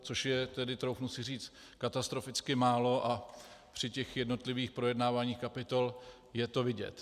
Což je, troufnu si říct, katastroficky málo a při jednotlivých projednáváních kapitol je to vidět.